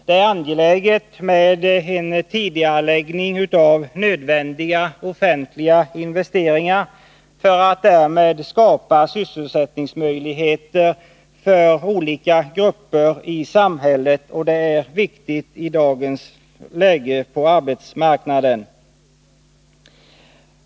Det är angeläget med en tidigareläggning av nödvändiga offentliga investeringar för att därmed skapa sysselsättningsmöjligheter för olika grupper i samhället. Det är viktigt i dagens arbetsmarknadsläge.